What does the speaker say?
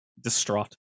distraught